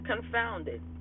confounded